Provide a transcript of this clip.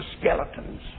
skeletons